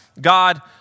God